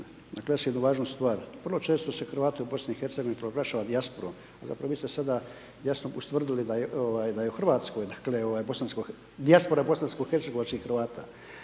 naglasio jednu važnu stvar, vrlo često se Hrvate u BIH proglašava dijasporom. Vi ste sada jasno ustvrdili da je u Hrvatskoj, dijaspora bosanskohercegovačkih Hrvata.